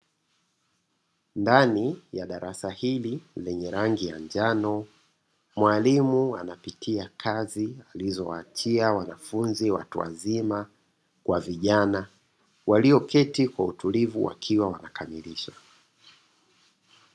Ndani ya darasa hili lenye rangi ya njano, mwalimu anapitia kazi alizowaachia wanafunzi watu wazima kwa vijana walioketi kwa utulivu wakiwa wanakamilisha.